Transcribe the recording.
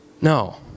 No